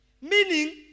Meaning